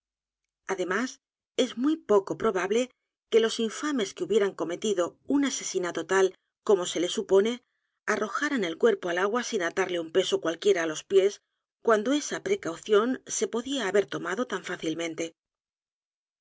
además es excesivamente improbable continúa que los bandidos que hubieran cometido un crimen tal como se supone arrojaran el cuerpo al a g u a sin atarle u n peso á los pies cuando esa precaución se podía h a ber tomado tan fácilmente